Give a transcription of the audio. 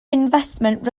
investment